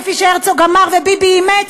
כפי שהרצוג אמר וביבי אימץ,